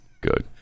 Good